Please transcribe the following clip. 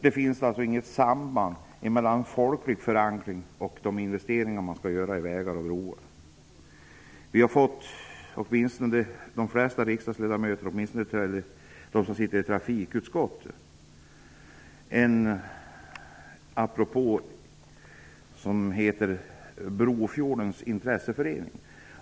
Det finns inte något samband mellan folklig förankring och de investeringar i vägar och broar som skall göras. Åtminstone de ledamöter som sitter med i trafikutskottet har fått en propå. Det gäller Byfjordens intresseförening.